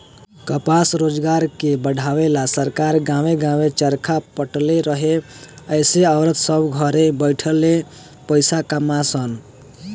कपास रोजगार के बढ़ावे ला सरकार गांवे गांवे चरखा बटले रहे एसे औरत सभ घरे बैठले पईसा कमा सन